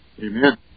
Amen